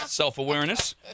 Self-awareness